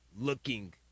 looking